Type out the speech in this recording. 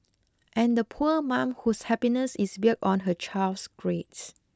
and the poor mum whose happiness is built on her child's grades